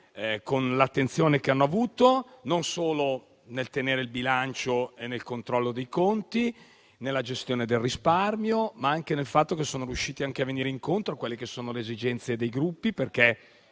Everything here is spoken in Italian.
per l'attenzione che hanno avuto, non solo nel tenere il bilancio sul controllo dei conti e nella gestione del risparmio, ma anche perché sono riusciti a venire incontro a quelle che sono le esigenze dei Gruppi.